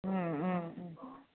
ம் ம் ம்